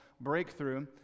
Breakthrough